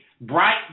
bright